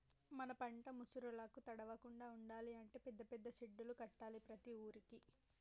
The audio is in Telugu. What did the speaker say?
మన పంట ముసురులకు తడవకుండా ఉండాలి అంటే పెద్ద పెద్ద సెడ్డులు కట్టాలి ప్రతి ఊరుకి